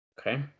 Okay